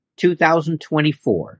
2024